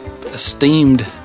esteemed